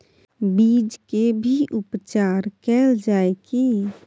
बीज के भी उपचार कैल जाय की?